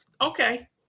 Okay